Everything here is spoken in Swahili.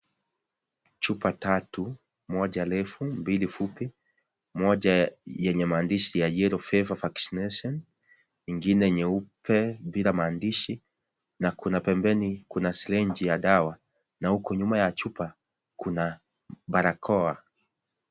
Chupa tatu: moja ndefu, mbili fupi. Moja ina maandishi ya 'Yellow Fever Vaccination', ingine nyeupe bila maandishi. Pembeni, kuna syringe ya dawa, na huku nyuma ya chupa hizo kuna barakoa.